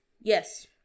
yes